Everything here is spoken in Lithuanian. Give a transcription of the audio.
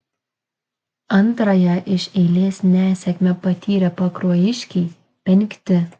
antrąją iš eilės nesėkmę patyrę pakruojiškiai penkti